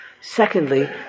Secondly